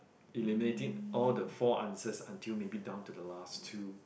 eliminating all the four answers until maybe down to the last two